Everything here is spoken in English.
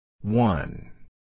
One